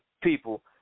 people